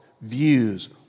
views